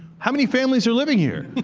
how many families are living here?